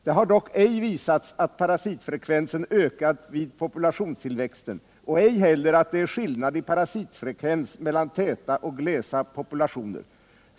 Det har dock ej visats att parasitfrekvensen ökat vid populationstillväxten, och ej heller att det är skillnad i parasitfrekvens mellan täta och glesa populationer.